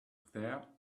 there